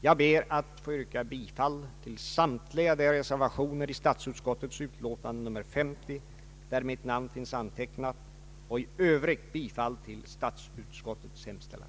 Jag ber att få yrka bifall till samtliga reservationer i statsutskottets utlåtande nr 50 där mitt namn finns antecknat och i övrigt bifall till statsutskottets hemställan.